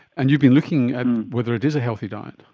and you've been looking at whether it is a healthy diet.